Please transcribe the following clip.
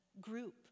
group